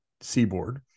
seaboard